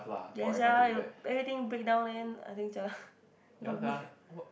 ya sia you everything breakdown then I think jialat